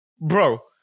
Bro